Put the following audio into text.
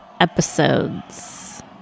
episodes